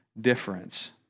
difference